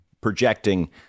projecting